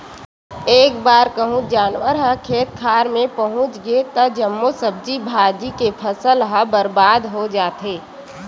एक बार कहूँ जानवर ह खेत खार मे पहुच गे त जम्मो सब्जी भाजी के फसल ह बरबाद हो जाथे